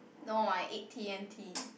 no I eat T M T